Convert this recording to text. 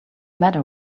matter